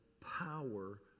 power